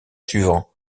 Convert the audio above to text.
suivant